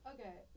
Okay